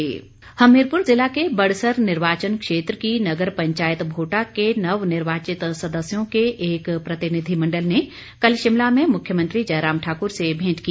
भेंट हमीरपुर जिला के बड़सर निर्वाचन क्षेत्र की नगर पंचायत भोटा के नवनिर्वाचित सदस्यों के एक प्रतिनिधिमंडल ने कल शिमला में मुख्यमंत्री जयराम ठाकुर से भेंट की